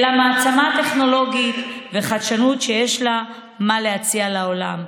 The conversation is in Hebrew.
אלא מעצמת טכנולוגיה וחדשנות שיש לה מה להציע לעולם.